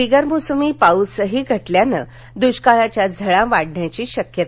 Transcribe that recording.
बिगर मोसमी पाऊसही घटल्यानं दृष्काळाच्या झळा वाढण्याची शक्यता